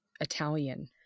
Italian